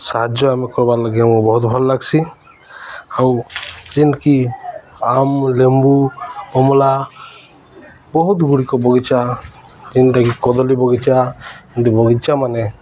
ସାହାଯ୍ୟ ଆମେ କର୍ବାର୍ ଲାଗି ମୁଁ ବହୁତ ଭଲ ଲାଗ୍ସି ଆଉ ଯେନ୍କି ଆମ ଲେମ୍ବୁ କମଲା ବହୁତ ଗୁଡ଼ିକ ବଗିଚା ଯେନ୍ଟାକି କଦଳୀ ବଗିଚା ଏନ୍ତି ବଗିଚା ମାନେ